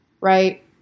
right